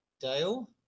Dale